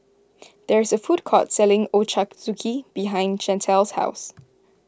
there is a food court selling Ochazuke behind Chantal's house